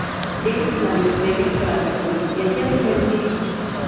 Debit మరియు credit కార్డ్లకు వ్యత్యాసమేమిటీ?